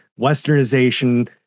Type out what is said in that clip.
westernization